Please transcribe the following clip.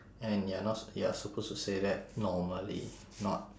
and you're not you're supposed to say that normally not